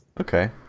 Okay